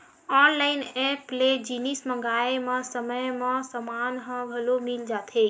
online app ले जिनिस मंगाए म समे म समान ह घलो मिल जाथे